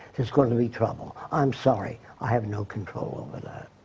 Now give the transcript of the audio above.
it's gonna be trouble. i'm sorry, i have no control over that.